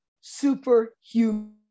superhuman